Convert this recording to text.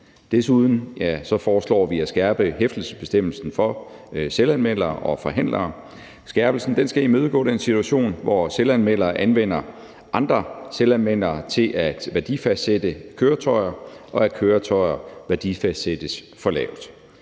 Desuden foreslår vi at skærpe hæftelsesbestemmelsen for selvanmeldere og forhandlere. Skærpelsen skal imødegå den situation, hvor selvanmelder anvender andre selvanmeldere til at værdifastsætte køretøjer, og hvor køretøjer værdifastsættes for lavt.